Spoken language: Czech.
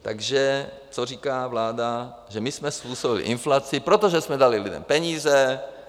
Takže co říká vláda že my jsme způsobili inflaci, protože jsme dali lidem peníze.